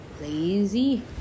lazy